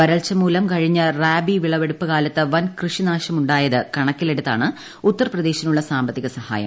വരൾച്ച മൂലം കഴിഞ്ഞ റാബി വിളവെടുപ്പ് കാലത്ത് വൻ കൃഷി നഷ്ടമുണ്ടായത് കണക്കിലെടുത്താണ് ഉത്തർ പ്രദേശിനുള്ള സാമ്പത്തിക സഹായം